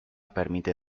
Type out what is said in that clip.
permite